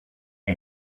the